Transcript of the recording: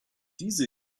diese